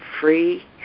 free